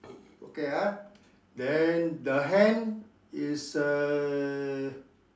okay ah then the hand is err